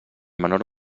menor